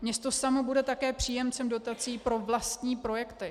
Město samo bude také příjemcem dotací pro vlastní projekty.